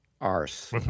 arse